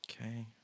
Okay